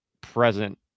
present